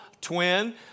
twin